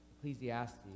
Ecclesiastes